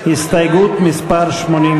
ההסתייגות של קבוצת סיעת